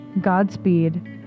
Godspeed